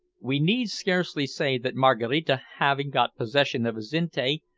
we need scarcely say that maraquita, having got possession of azinte,